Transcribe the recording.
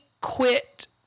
quit